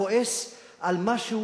כועס על משהו,